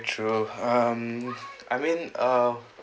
true um I mean uh